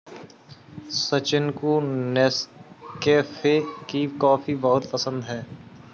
सचिन को नेस्कैफे की कॉफी बहुत पसंद है